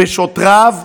בשוטריו,